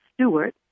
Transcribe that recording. Stewart